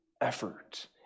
effort